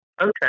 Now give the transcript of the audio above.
okay